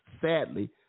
sadly